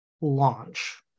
launch